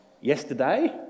yesterday